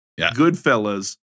Goodfellas